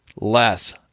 less